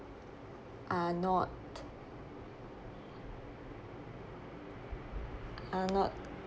are not are not